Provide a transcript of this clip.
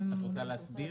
את רוצה להסביר?